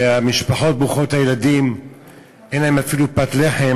ומשפחות ברוכות ילדים אין להן אפילו פת לחם,